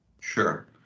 Sure